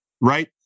right